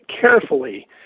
carefully